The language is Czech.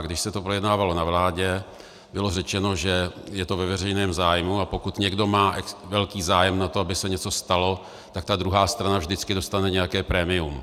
Když se to projednávalo na vládě, bylo řečeno, že je to ve veřejném zájmu, a pokud někdo má velký zájem na tom, aby se něco stalo, tak druhá strana vždycky dostane nějaké prémium.